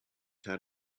had